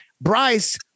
Bryce